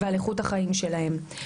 ועל איכות החיים שלהם.